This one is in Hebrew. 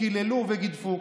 קיללו וגידפו,